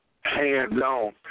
hands-on